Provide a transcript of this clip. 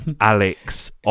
Alex